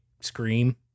Scream